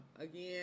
Again